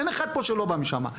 אין אחד פה שלא בא משם.